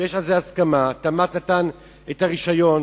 שיש על זה הסכמה, התמ"ת נתן את הרשיון